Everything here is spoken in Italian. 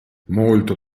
molto